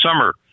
summer